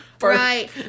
right